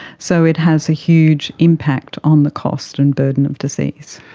so it has a huge impact on the cost and burden of disease.